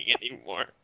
anymore